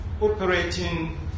operating